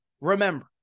remember